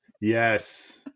yes